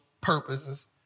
purposes